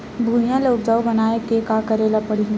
भुइयां ल उपजाऊ बनाये का करे ल पड़ही?